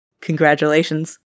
Congratulations